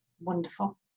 wonderful